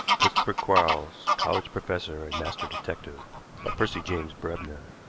christopher quarles college professor and master detective by percy james brebner